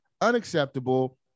Unacceptable